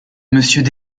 monsieur